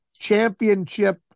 championship